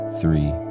three